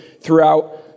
throughout